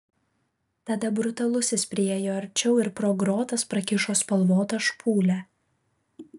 tada brutalusis priėjo arčiau ir pro grotas prakišo spalvotą špūlę